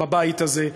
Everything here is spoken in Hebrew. בבית הזה,